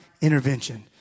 intervention